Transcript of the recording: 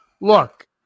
Look